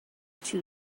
two